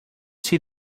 see